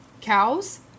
cows